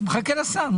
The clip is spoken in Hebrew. מחכה לשר.